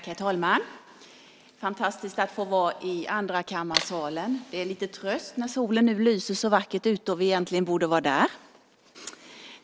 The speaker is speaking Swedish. Herr talman! Det är fantastiskt att få vara i andrakammarsalen. Det är en liten tröst när solen nu lyser så vackert ute och vi äntligen borde vara där.